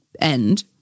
end